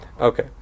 Okay